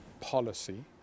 policy